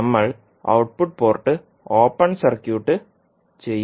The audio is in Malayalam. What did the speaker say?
നമ്മൾ ഔട്ട്പുട്ട് പോർട്ട് ഓപ്പൺ സർക്യൂട്ട് ചെയ്യും